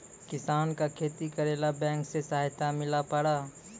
किसान का खेती करेला बैंक से सहायता मिला पारा?